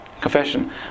confession